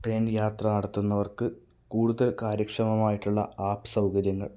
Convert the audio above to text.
train യാത്ര നടത്തുന്നവർക്ക് കൂടുതൽ കാര്യക്ഷമമായിട്ടുള്ള ആപ്പ് സൗകര്യങ്ങൾ